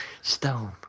Stone